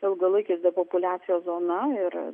ilgalaikės depopuliacijos zona ir